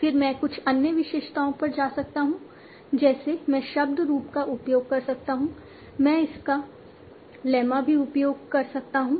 फिर मैं कुछ अन्य विशेषताओं पर जा सकता हूं जैसे मैं शब्द रूप का उपयोग कर सकता हूं मैं इसका लेम्मा भी उपयोग कर सकता हूं